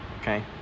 okay